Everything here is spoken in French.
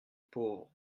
pauvre